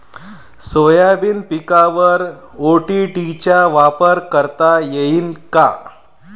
Soybean पिकावर ODT चा वापर करता येईन का?